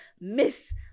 miss